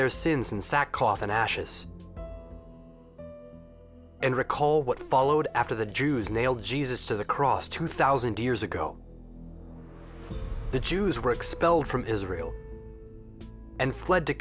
their sins and sackcloth and ashes and recall what followed after the jews nailed jesus to the cross two thousand years ago the jews were expelled from israel and fled to